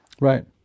Right